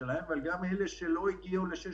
אבל אני מדבר גם על אלה שלא הגיעו לשש